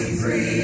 free